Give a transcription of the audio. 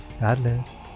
Godless